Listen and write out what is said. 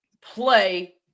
play